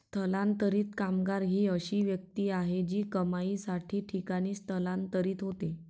स्थलांतरित कामगार ही अशी व्यक्ती आहे जी कमाईसाठी ठिकाणी स्थलांतरित होते